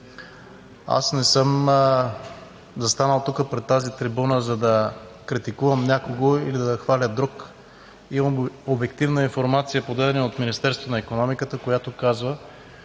Аз не съм застанал тук пред тази трибуна, за да критикувам някого или да хваля друг. Имам обективна информация, подадена от Министерството на икономиката, която казва: